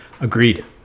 agreed